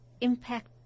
impact